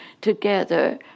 together